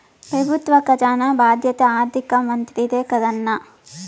పెబుత్వ కజానా బాధ్యత ఆర్థిక మంత్రిదే కదన్నా